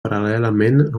paral·lelament